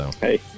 Hey